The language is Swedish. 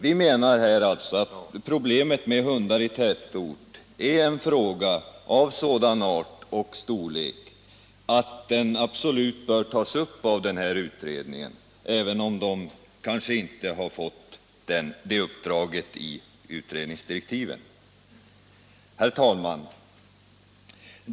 Vi menar alltså att problemet med hundar i tätort är en fråga av sådan art och storlek att den absolut bör tas upp av den i här utredningen, även om man kanske inte har fått det uppdraget i utredningsdirektiven. Herr talman!